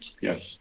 Yes